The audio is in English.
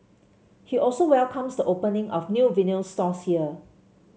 he also welcomes the opening of new vinyl stores here